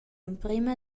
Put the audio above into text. emprema